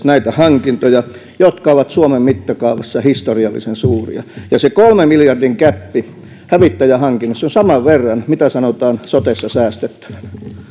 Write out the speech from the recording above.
näitä hankintoja jotka ovat suomen mittakaavassa historiallisen suuria ja se kolmen miljardin gäppi hävittäjähankinnassa on saman verran mitä sanotaan sotessa säästettävän